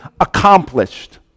accomplished